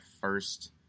first